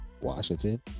Washington